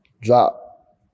Drop